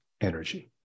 energy